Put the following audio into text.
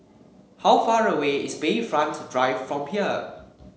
how far away is Bayfront Drive from here